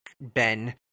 Ben